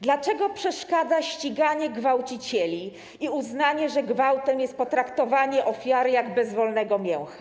Dlaczego przeszkadza ściganie gwałcicieli i uznanie, że gwałtem jest potraktowanie ofiary jak bezwolnego mięcha?